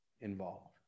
involved